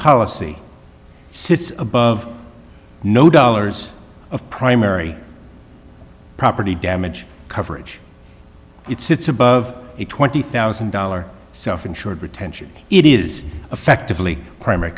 policy sits above no dollars of primary property damage coverage it sits above a twenty thousand dollar self insured retention it is effectively primary